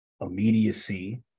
immediacy